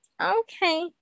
okay